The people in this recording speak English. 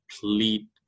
complete